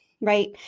right